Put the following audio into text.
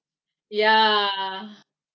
ya